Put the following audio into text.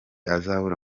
azahura